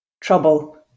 trouble